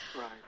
Right